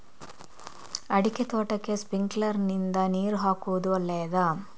ಅಡಿಕೆ ತೋಟಕ್ಕೆ ಸ್ಪ್ರಿಂಕ್ಲರ್ ನಿಂದ ನೀರು ಹಾಕುವುದು ಒಳ್ಳೆಯದ?